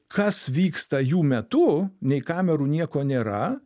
kas vyksta jų metu nei kamerų nieko nėra